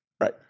Right